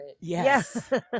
Yes